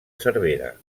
cervera